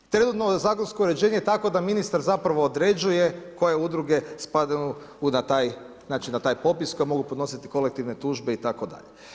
Trenutno je zakonsko uređenje takvo da ministar zapravo određuje koje udruge spadaju na taj, znači na taj popis koji mogu podnositi kolektivne tužbe itd.